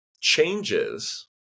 changes